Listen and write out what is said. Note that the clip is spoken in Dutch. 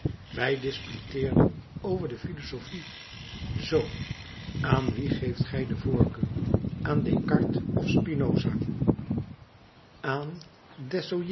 wij disputeerden over de philosophie zoo aan wien geeft gij de voorkeur aan descartes of spinoza aan